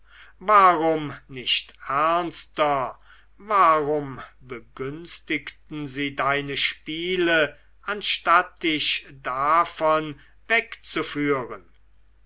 warum nicht ernster warum begünstigten sie deine spiele anstatt dich davon